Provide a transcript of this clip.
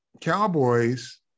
Cowboys